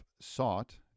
sought